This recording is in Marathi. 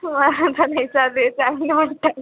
वा चालेल चालेल चांगलं वाट टाक